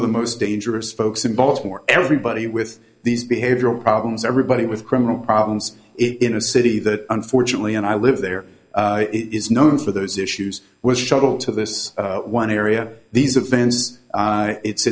of the most dangerous folks in baltimore everybody with these behavioral problems everybody with criminal problems in a city that unfortunately and i live there is known for those issues was shuttled to this one area these events it's